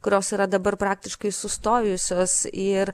kurios yra dabar praktiškai sustojusios ir